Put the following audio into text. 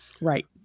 right